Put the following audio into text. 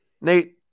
Nate